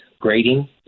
grading